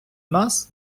нас